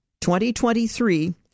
2023